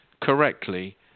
correctly